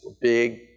big